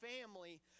family